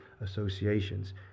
associations